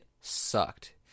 sucked